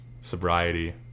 sobriety